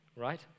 right